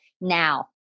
now